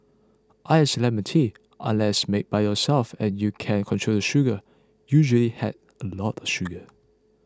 iced lemon tea unless made by yourself and you can control the sugar usually has a lot of sugar